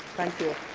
thank you.